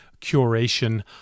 curation